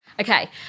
Okay